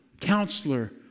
Counselor